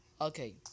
okay